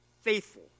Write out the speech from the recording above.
faithful